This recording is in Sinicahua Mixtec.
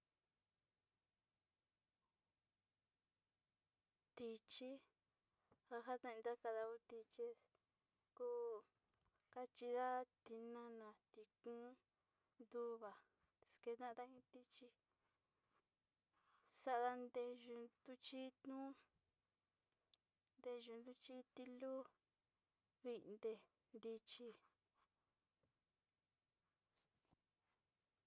Tichi njajatain ndakandau tichi kuu kachinda tinana tikón nduva'a ixkendana iin tichi xandan teyuu tuchidno ndeyuu nruchi ti luu vinde, richi.